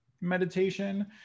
meditation